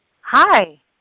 Hi